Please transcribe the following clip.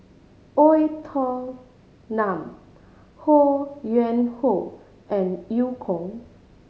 Oei Tiong Ho Yuen Hoe and Eu Kong